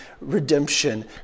redemption